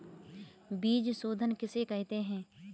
बीज शोधन किसे कहते हैं?